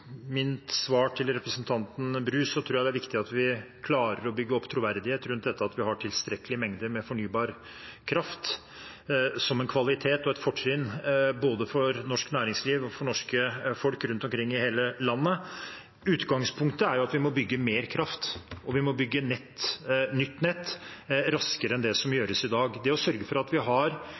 mitt svar til representanten Bru, tror jeg det er viktig at vi klarer å bygge opp troverdighet rundt at vi har tilstrekkelige mengder med fornybar kraft som en kvalitet og et fortrinn både for norsk næringsliv og for det norske folk rundt omkring i hele landet. Utgangspunktet er at vi må bygge mer kraft, og vi må bygge nett, nytt nett, raskere enn det som gjøres i dag. Det å sørge for at vi har